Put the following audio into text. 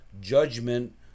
judgment